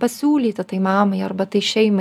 pasiūlyti tai mamai arba tai šeimai